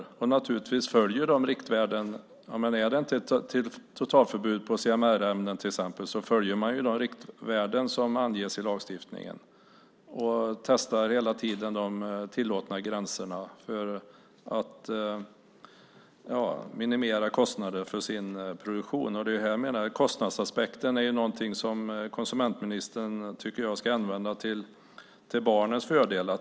De följer naturligtvis riktvärdena, men är det inte totalförbud för CMR-ämnen till exempel följer man de riktvärden som anges i lagstiftningen och testar hela tiden de tillåtna gränserna för att minimera kostnaderna för sin produktion. Jag tycker att kostnadsaspekten är någonting som konsumentministern ska vända till barnens fördel.